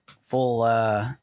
full